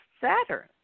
Saturn